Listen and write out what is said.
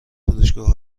فروشگاه